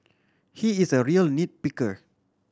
he is a real nit picker